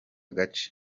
gace